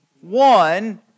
one